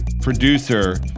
producer